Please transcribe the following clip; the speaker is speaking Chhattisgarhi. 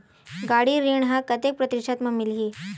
गाड़ी ऋण ह कतेक प्रतिशत म मिलही?